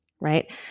right